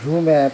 zoom app